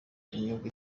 imyuga